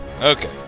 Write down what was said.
Okay